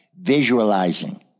visualizing